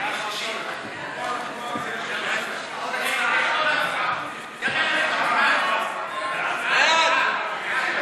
חוק הפחתת תוספות פיגור שנוספו על קנסות הנגבים בידי המרכז